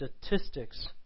statistics